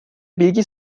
bilgi